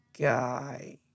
guy